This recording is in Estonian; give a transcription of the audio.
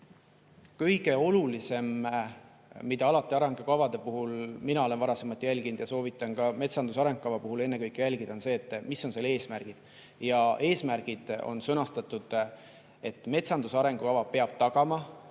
Kõige olulisem, mida mina olen alati arengukavade puhul jälginud ja soovitan ka metsanduse arengukava puhul ennekõike jälgida, on see, mis on selle eesmärgid. Ja eesmärgid on sõnastatud nii, et metsanduse arengukava peab tagama